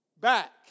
Back